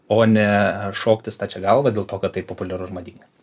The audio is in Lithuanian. o ne šokti stačia galva dėl to kad tai populiaru ir madinga